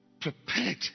prepared